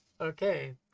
Okay